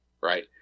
Right